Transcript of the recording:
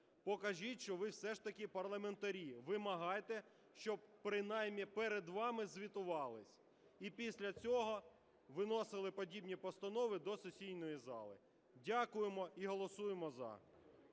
покажіть, що ви все ж таки парламентарі, вимагайте, щоб принаймні перед вами звітувались. І після цього виносили подібні постанови до сесійної зали. Дякуємо і голосуємо "за".